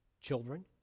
children